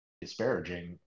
disparaging